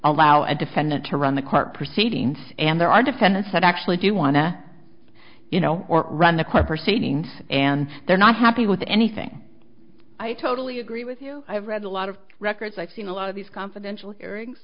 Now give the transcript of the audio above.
allow a defendant to run the court proceedings and there are defendants that actually do want to you know run the court proceedings and they're not happy with anything i totally agree with you i've read a lot of records i've seen a lot of these confidential hearings